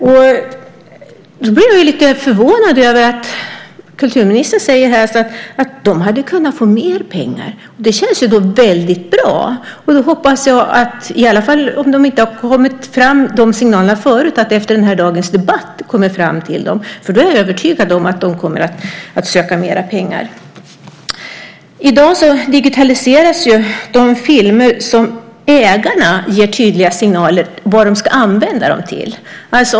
Jag blir lite förvånad när kulturministern säger att de hade kunnat få mer pengar. Det känns väldigt bra. Då hoppas jag att, om inte de signalerna har kommit fram förut, de efter den här dagens debatt kommer fram till dem. För då är jag övertygad om att de kommer att söka mer pengar. I dag digitaliseras ju de filmer som ägarna ger tydliga signaler om vad de ska användas till.